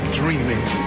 dreaming